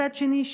מצד שני,